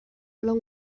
lawng